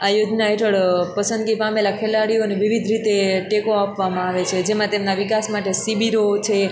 આ યોજના હેઠળ પસંદગી પામેલા ખેલાડીઓને વિવિધ રીતે ટેકો આપવામાં આવે છે જેમાં તેમના વિકાસ માટે શિબીરો છે